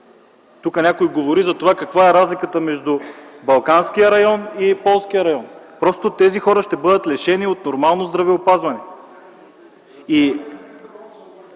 Тук някой говори за това каква е разликата между балканския и полския район. Просто тези хора ще бъдат лишени от нормално здравеопазване.